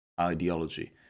ideology